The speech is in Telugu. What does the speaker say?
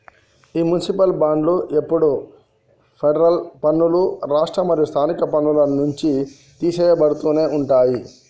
ఈ మునిసిపాల్ బాండ్లు ఎప్పుడు ఫెడరల్ పన్నులు, రాష్ట్ర మరియు స్థానిక పన్నుల నుంచి తీసెయ్యబడుతునే ఉంటాయి